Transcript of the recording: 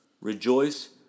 Rejoice